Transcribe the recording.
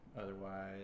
Otherwise